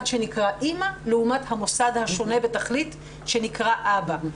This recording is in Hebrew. שנקרא אימא לעומת המוסד השונה בתכלית שנקרא אבא.